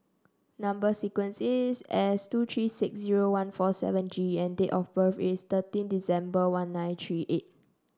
number sequence is S two three six zero one four seven G and date of birth is thirteen December one nine three eight